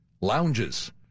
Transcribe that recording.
lounges